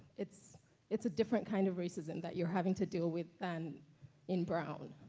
it's it's a different kind of racism that you're having to deal with than in brown.